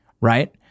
right